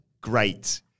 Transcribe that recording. Great